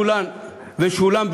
שהוא שבע שנים,